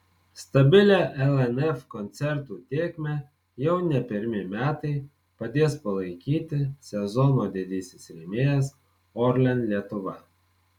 stabilią lnf koncertų tėkmę jau ne pirmi metai padės palaikyti sezono didysis rėmėjas orlen lietuva